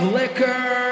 liquor